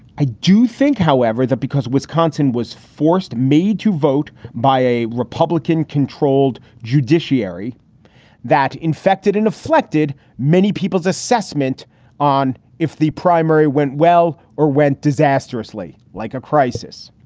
i do think, however, that because wisconsin was forced me to vote by a republican controlled judiciary that infected and afflicted many people's assessment on if the primary went well or went disastrously like a crisis,